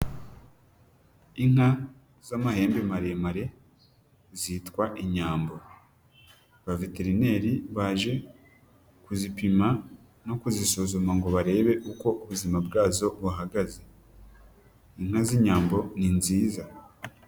Inka z'amahembe maremare, zitwa inyambo. Abaveterineri baje kuzipima no kuzisuzuma ngo barebe uko ubuzima bwazo buhagaze. Inka z'inyambo ni nziza.